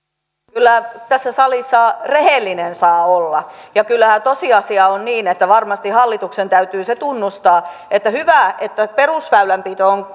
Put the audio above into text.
kyllä tässä salissa rehellinen saa olla ja kyllähän tosiasia on että varmasti hallituksen täytyy se tunnustaa että on hyvä että perusväylänpitoon